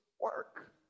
work